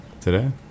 today